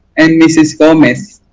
and mrs. gomez.